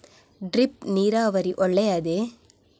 Drip ನೀರಾವರಿ ಒಳ್ಳೆಯದೇ?